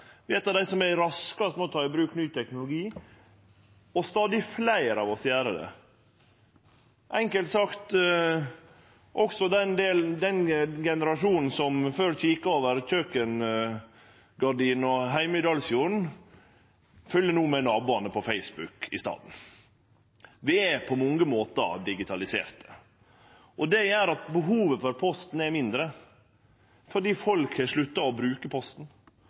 Vi er eit av dei landa som er raskast med å ta i bruk ny teknologi, og stadig fleire av oss gjer det. Enkelt sagt: Også den generasjonen som før kika over kjøkengardina heime i Dalsfjorden, følgjer no med på naboane på Facebook i staden. Vi er på mange måtar digitaliserte. Det gjer at behovet for Posten er mindre – fordi folk har slutta å bruke Posten,